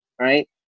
Right